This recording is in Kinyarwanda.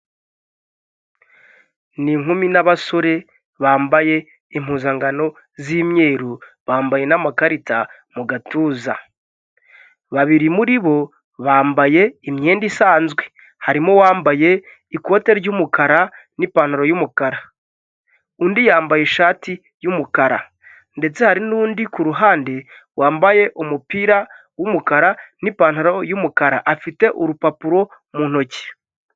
Ni inkumi n'abasore bambaye impuzangano z'imyeru bambaye n'amakarita mu gatuza babiri muri bo bambaye imyenda isanzwe harimo uwambaye ikote ry'umukara n'ipantaro y'umukara undi yambaye ishati y'umukara ndetse hari n'undi kuruhande wambaye umupira w'umukara n'ipantaro' y'umukara afite urupapuro mu ntoki.